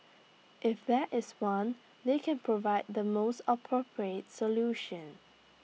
if there is one they can provide the most appropriate solution